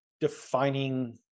defining